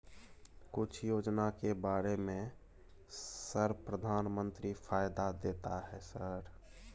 कुछ योजना के बारे में सर प्रधानमंत्री फायदा देता है सर?